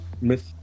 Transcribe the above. Miss